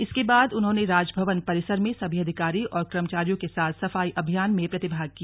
इसके बाद उन्होंन राजभवन परिसर में सभी अधिकारी और कर्मचारियों के साथ सफाई अभियान में प्रतिभाग किया